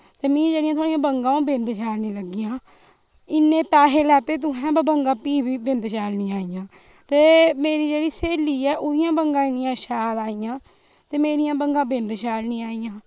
ते मी जेह्ड़ी थुआड़ी ओह् बंगा न बेंद शैल निं लगियां इन्ने पैहे लैते तोहे पर बंगा फ्ही बी बेंद शैल निं आइया ते मेरी जेह्ड़ी सहेली ऐ ओह्दियां बंगा इन्नियां शैल आइया ते मेरी बंगा बेंद शैल निं आइया